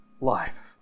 life